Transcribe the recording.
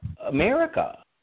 America